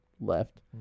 left